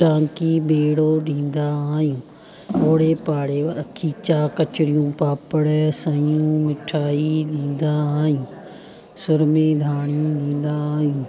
टांकी भेड़ो ॾींदा आहियूं ओड़े पाड़े वारा खीचा कचरियूं पापड़ सयूं मिठाई ॾींदा आहियूं सुरमेदाणी ॾींदा आहियूं